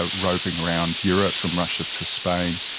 ah roving around europe, from russia to spain,